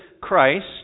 Christ